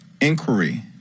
inquiry